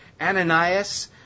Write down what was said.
Ananias